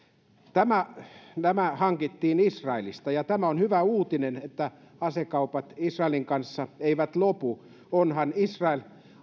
nämä hankittiin israelista ja on hyvä uutinen että asekaupat israelin kanssa eivät lopu onhan israel